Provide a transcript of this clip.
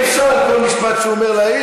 אי-אפשר להעיר על כל משפט שהוא אומר.